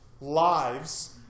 lives